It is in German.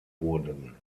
wurden